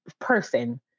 person